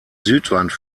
südwand